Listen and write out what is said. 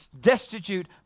destitute